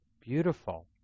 beautiful